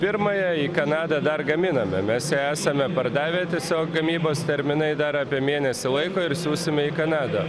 pirmąją į kanadą dar gaminame mes ją esame pardavę tiesiog gamybos terminai dar apie mėnesį laiko ir siųsime į kanadą